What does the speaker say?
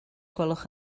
gwelwch